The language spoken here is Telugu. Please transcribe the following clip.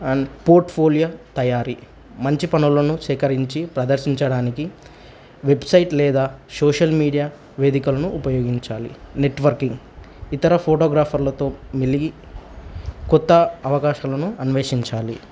అండ్ పోర్ట్ఫోలియా తయారీ మంచి పనులను సేకరించి ప్రదర్శించడానికి వెబ్సైట్ లేదా సోషల్ మీడియా వేదికలను ఉపయోగించాలి నెట్వర్కింగ్ ఇతర ఫోటోగ్రాఫర్లతో మిలిగి కొత్త అవకాశాలలను అన్వేషించాలి